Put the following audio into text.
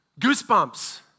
goosebumps